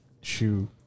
Shoe